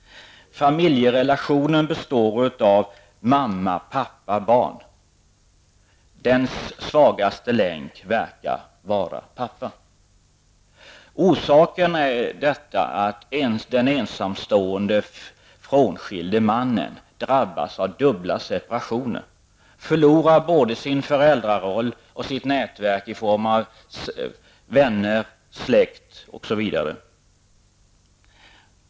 Familjerelationen består av mamma, pappa och barn. Det förefaller som det är pappan som är den svagaste länken. Orsaken är att den ensamstående, frånskilde mannen drabbas av dubbla separationer. Han förlorar både sin föräldraroll och sitt nätverk i form av vänner, släkt osv.